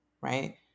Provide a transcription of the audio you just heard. right